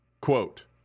Quote